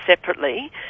separately